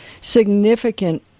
significant